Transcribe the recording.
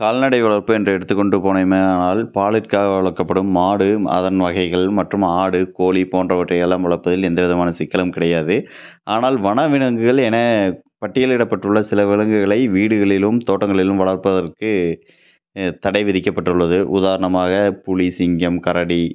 கால்நடை வளர்ப்பு என்று எடுத்துக்கொண்டு போனோமேயானால் பாலுக்காக வளர்க்கப்படும் மாடு அதன் வகைகள் மற்றும் ஆடு கோழி போன்றவற்றை எல்லாம் வளர்ப்பதில் எந்த விதமான சிக்கலும் கிடையாது ஆனால் வனவிலங்குகள் என பட்டியலிடப்பட்டுள்ள சில விலங்குகளை வீடுகளிலும் தோட்டங்களிலும் வளர்ப்பதற்கு தடை விதிக்கப்பட்டுள்ளது உதாரணமாக புலி சிங்கம் கரடி